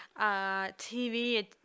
TV